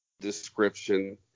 description